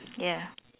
ya